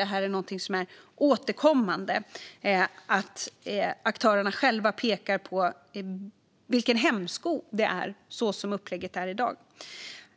Det är återkommande att aktörerna själva pekar på vilken hämsko det är som upplägget är i dag.